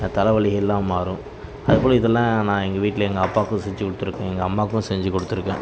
தலைவலி எல்லாம் மாறும் அதுபோல இதலாம் நான் எங்கள் வீட்டில் எங்கள் அப்பாவுக்கும் செஞ்சுக் கொடுத்துருக்கேன் எங்கள் அம்மாவுக்கும் செஞ்சுக் கொடுத்துருக்கேன்